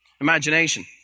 Imagination